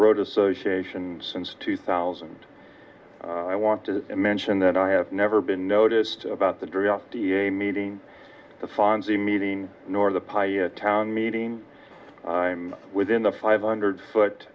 road association since two thousand i want to mention that i have never been noticed about the drought the a meeting the fonzie meeting nor the pi town meeting i'm within a five hundred foot